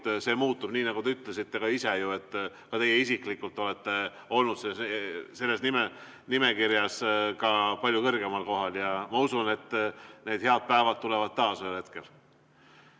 see muutub, nii nagu ka te ise ütlesite. Ka teie isiklikult olete olnud selles nimekirjas palju kõrgemal kohal ja ma usun, et need head päevad tulevad ühel hetkel